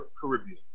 Caribbean